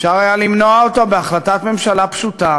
אפשר היה למנוע אותו בהחלטת ממשלה פשוטה